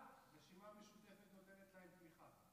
הרשימה המשותפת נותנת להם תמיכה,